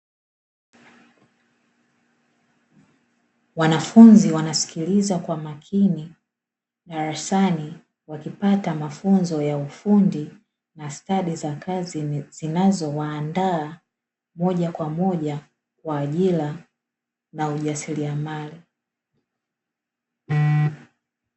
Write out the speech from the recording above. Wanafunzi wanamsikiliza kwa makini darasani, wakipata mafunzo ya ufundi na stadi za kazi zinazowaandaa moja kwa moja kwa ajira na ujasilia mali.